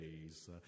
days